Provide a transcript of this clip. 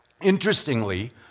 Interestingly